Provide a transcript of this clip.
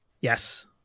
yes